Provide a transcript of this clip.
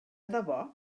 debò